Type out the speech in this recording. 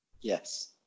yes